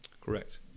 Correct